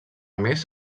més